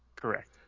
Correct